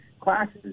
classes